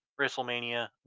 WrestleMania